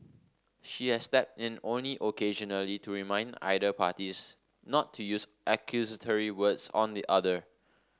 she has step in only occasionally to remind either parties not to use accusatory words on the other